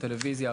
טלוויזיה,